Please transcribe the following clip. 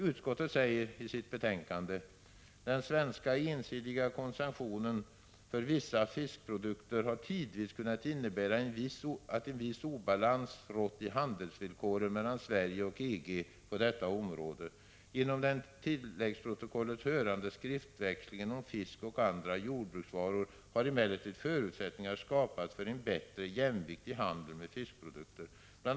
Utskottet säger i sitt betänkande: ”Den svenska ensidiga koncessionen för vissa fiskprodukter har tidvis kunnat innebära att en viss obalans rått i handelsvillkoren mellan Sverige och EG på detta område. Genom den till tilläggsprotokollen hörande skriftväxlingen om fisk och andra jordbruksvaror har emellertid förutsättningar skapats för en bättre jämvikt i handeln med fiskprodukter. Bl.